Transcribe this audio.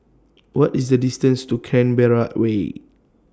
What IS The distance to Canberra Way